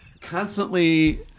constantly